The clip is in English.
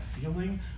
feeling